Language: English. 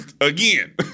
again